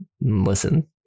listen